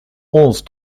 onze